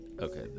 okay